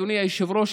אדוני היושב-ראש,